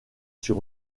sur